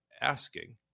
asking